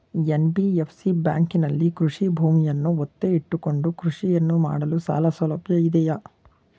NBFC ಬ್ಯಾಂಕಿನಲ್ಲಿ ಕೃಷಿ ಭೂಮಿಯನ್ನು ಒತ್ತೆ ಇಟ್ಟುಕೊಂಡು ಕೃಷಿಯನ್ನು ಮಾಡಲು ಸಾಲಸೌಲಭ್ಯ ಇದೆಯಾ?